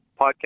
podcast